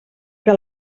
que